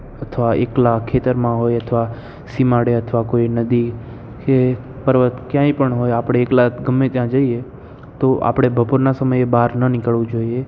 અથવા એકલા ખેતરમાં હોય અથવા સીમાડે અથવા કોઈ નદી કે પર્વત ક્યાંય પણ હોઈ આપણે એકલા ગમે ત્યાં જઈએ તો આપણે બપોરના સમયે બહાર ન નીકળવું જોઈએ